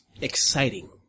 exciting